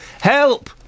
Help